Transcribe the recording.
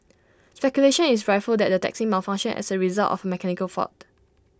speculation is rife that the taxi malfunctioned as A result of A mechanical fault